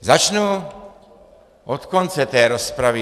Začnu od konce té rozpravy.